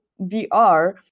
vr